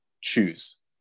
choose